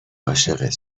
عاشقت